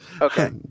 Okay